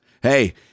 Hey